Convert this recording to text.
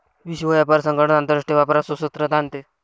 विश्व व्यापार संगठन आंतरराष्ट्रीय व्यापारात सुसूत्रता आणते